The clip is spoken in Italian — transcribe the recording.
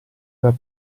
dal